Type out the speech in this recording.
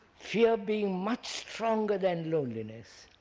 fear being much stronger than loneliness,